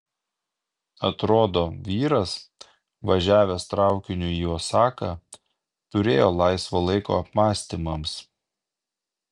atrodo vyras važiavęs traukiniu į osaką turėjo laisvo laiko apmąstymams